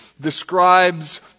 describes